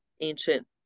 ancient